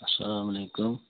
اَسلامُ علیکُم